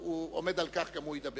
הוא עומד על כך וגם הוא ידבר.